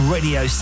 Radio